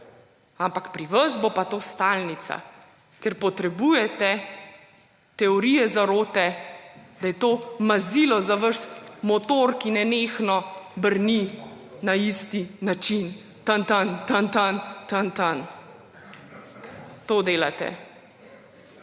Ampak pri vas bo pa to stalnica. Ker potrebujete teorije zarote, da je to mazilo za vaš motor, ki nenehno brni na isti način: tan-tan, tan-tan, tan-tan. To delate!